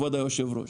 כבוד היושב-ראש,